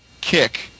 kick